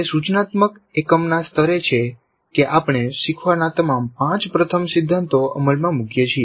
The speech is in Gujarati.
તે સૂચનાત્મક એકમના સ્તરે છે કે આપણે શીખવાના તમામ પાંચ પ્રથમ સિદ્ધાંતો અમલમાં મૂકીએ છીએ